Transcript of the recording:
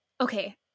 Okay